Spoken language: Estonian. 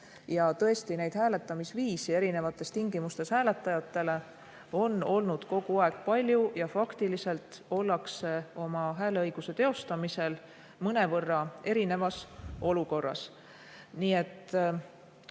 välismaalt. Hääletamisviise erinevates tingimustes hääletajatele on olnud kogu aeg palju ja faktiliselt ollakse oma hääleõiguse teostamisel mõnevõrra erinevas olukorras.